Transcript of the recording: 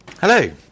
hello